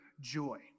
joy